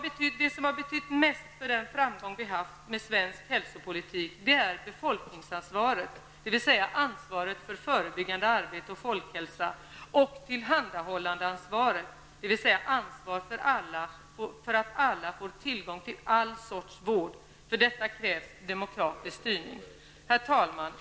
Det som betytt mest för den framgång vi haft med svensk hälsopolitik är befolkningsansvaret, dvs. ansvaret för förebyggande arbete och folkhälsa och tillhandahållandeansvaret, dvs. ansvaret för att alla får tillgång till all sorts vård. För detta krävs demokratisk styrning. Herr talman!